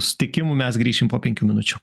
susitikimų mes grįšim po penkių minučių